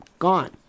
gone